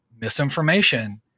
misinformation